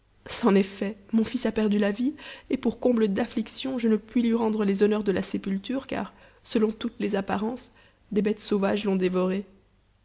c'en est tait mon fils a perdu la vie et pour comble d'amtiction je ne puis lui rendre les honneurs de la sépulture car selon toutes les apparences des bêtes sauvages l'ont dévoré